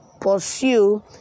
pursue